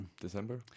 December